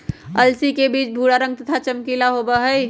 अलसी के बीज भूरा रंग के तथा चमकीला होबा हई